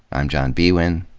i'm john biewen.